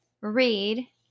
read